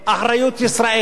אחריות ישראל,